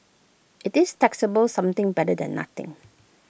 IT is taxable something better than nothing